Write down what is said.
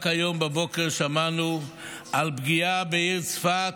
רק היום בבוקר שמענו על פגיעה בעיר צפת,